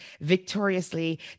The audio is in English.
victoriously